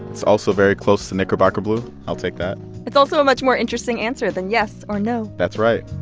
it's also very close to knickerbocker blue. i'll take that it's also a much more interesting answer than yes or no that's right